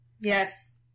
Yes